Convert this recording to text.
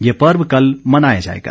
ये पर्व कल मनाया जाएगा